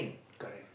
correct